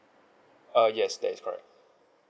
uh yes that is correct